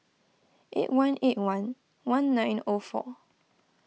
eight one eight one one nine O four